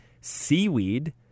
seaweed